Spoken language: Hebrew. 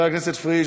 חבר הכנסת גנאים,